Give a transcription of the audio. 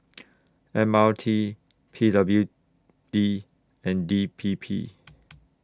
M R T P W D and D P P